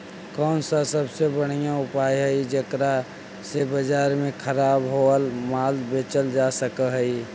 कौन सा सबसे बढ़िया उपाय हई जेकरा से बाजार में खराब होअल माल बेचल जा सक हई?